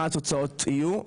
מה התוצאות יהיו,